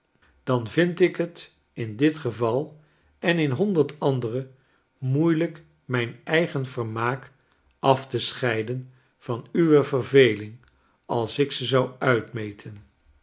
dan vind ik t in dit geval en in honderd andere moeielijk mijn eigen vermaak af te scheiden van uwe verveling als ik ze zou uitmeten